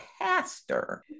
pastor